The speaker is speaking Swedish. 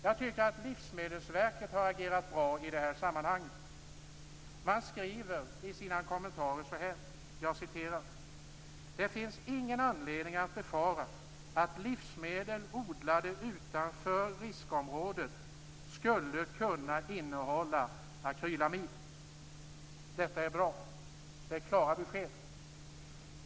Jag tycker att Livsmedelsverket har agerat bra i det här sammanhanget. Man skriver i sina kommentarer: "Det finns ingen anledning att befara att livsmedel odlade utanför riskområdet skulle kunna innehålla akrylamid." Detta är bra. Det är klara besked.